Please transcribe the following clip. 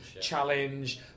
Challenge